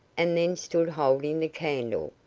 and then stood holding the candle,